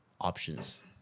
options